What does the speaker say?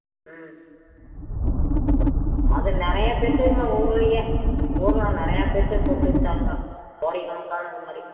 ம் அது நிறைய பெர்த்துக்கங்க ஊரிலையே ஊரில் நிறையா பேர்த்துக்கு போட்டு விட்டானுங்க கோடிக்கணக்கானது மாதிரி